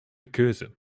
keuze